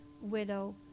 widow